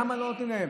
למה לא נותנים להם?